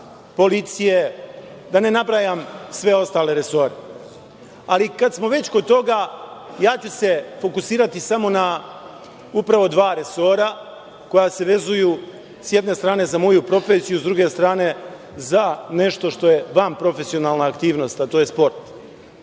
policije, da ne nabrajam sve ostale resore. Ali, kad smo već kod toga, ja ću se fokusirati samo na dva resora koja se vezuju s jedne strane za moju profesiju, a s druge strane za nešto što je vanprofesionalna aktivnost, a to je sport. Kada